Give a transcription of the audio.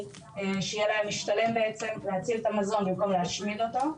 שיהיה להם משתלם בעצם להציל את המזון במקום להשמיד אותו.